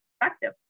perspective